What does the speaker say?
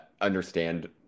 understand